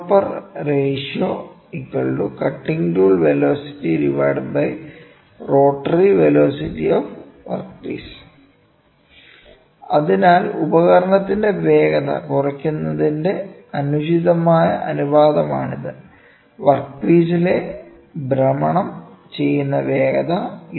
Improper ratio Cutting tool velocityRotatory velocity of Wp അതിനാൽ ഉപകരണത്തിന്റെ വേഗത കുറയ്ക്കുന്നതിന്റെ അനുചിതമായ അനുപാതമാണിത് വർക്ക് പീസിലെ ഭ്രമണം ചെയ്യുന്ന വേഗത